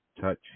Touch